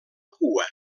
cua